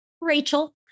Rachel